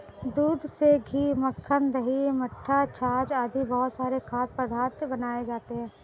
दूध से घी, मक्खन, दही, मट्ठा, छाछ आदि बहुत सारे खाद्य पदार्थ बनाए जाते हैं